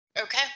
Okay